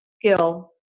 skill